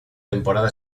temporada